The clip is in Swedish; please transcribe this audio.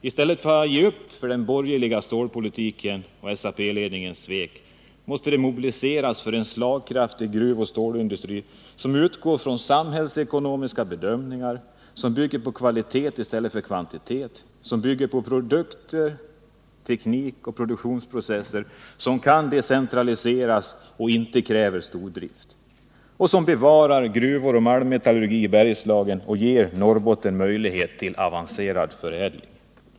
I stället för att ge upp inför en borgerlig stålpolitik och SAP-ledningens svek, måste man mobilisera för en slagkraftig gruvoch stålindustri, som utgår från samhällsekonomiska bedömningar, som bygger på kvalitet i stället för kvantitet, som bygger på produkter, teknik och produktionsprocesser vilka kan decentraliseras och inte kräver stordrift, som bevarar gruvor och malmmetallurgi i Bergslagen och som ger Norrbotten möjligheter till avancerad förädling.